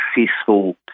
successful